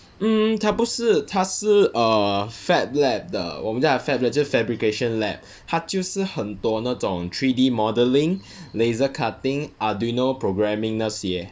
mm 它不是它是 err fab lab 的我们叫它 fab lab 就是 fabrication lab 它就是很多那种 three D modelling laser cutting arduino programming 那些